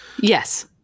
Yes